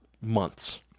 months